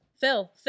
Phil